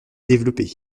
développer